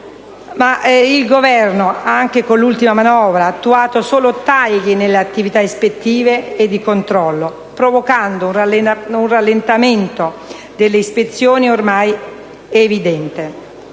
il Governo, anche con l'ultima manovra, ha attuato solo tagli nelle attività ispettive e di controllo, provocando un rallentamento delle ispezioni, ormai evidente.